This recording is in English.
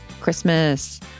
Christmas